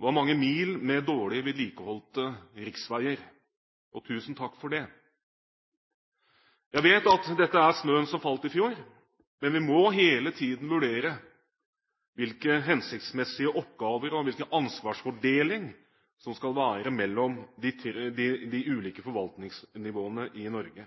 var mange mil med dårlig vedlikeholdte riksveier – og tusen takk for det! Jeg vet at dette er snøen som falt i fjor, men vi må hele tiden vurdere hvilke oppgaver som er hensiktsmessige, og hvilken ansvarsfordeling det skal være mellom de ulike forvaltningsnivåene i Norge.